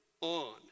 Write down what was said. on